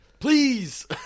Please